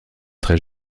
très